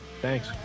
Thanks